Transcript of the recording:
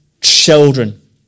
children